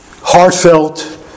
heartfelt